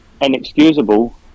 inexcusable